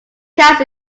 counts